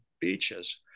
beaches